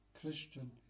Christian